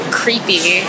creepy